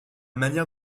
manière